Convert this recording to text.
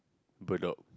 Bedok